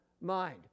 mind